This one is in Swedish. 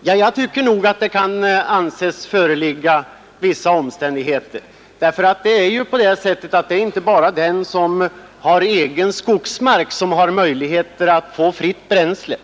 Jag tycker nog att det kan anses föreligga vissa omständigheter. Det är nämligen inte bara den som har egen skogsmark som har möjlighet att få fritt bränsle.